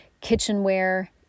kitchenware